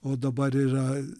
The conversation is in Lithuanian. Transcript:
o dabar yra